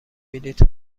بلیط